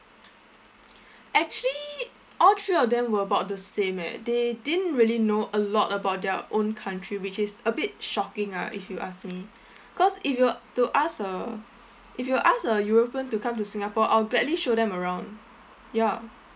actually all three of them were about the same eh they didn't really know a lot about their own country which is a bit shocking ah if you ask me cause if you were to ask uh if you ask a european to come to singapore I'll gladly show them around ya